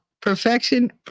Perfection